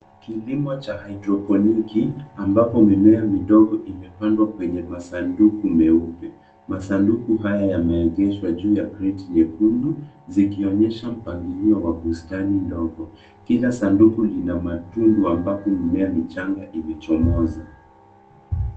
Kilimo cha hydroponic ambapo mimea midogo imepandwa kwenye masanduku meupe. Masanduku haya yameegeshwa juu ya kreti nyekundu zikionyesha mpangilio wa bustani ndogo. Kila sanduku lina matundu ambapo mimea michanga ilichomoza.